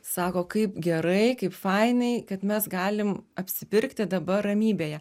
sako kaip gerai kaip fainai kad mes galim apsipirkti dabar ramybėje